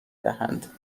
دهند